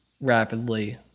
rapidly